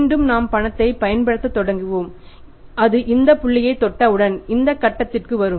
மீண்டும் நாம் பணத்தைப் பயன்படுத்தத் தொடங்குவோம் அது இந்த புள்ளியைத் தொட்டவுடன் இந்த கட்டத்திற்கு வரும்